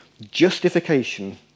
justification